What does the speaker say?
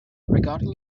regarding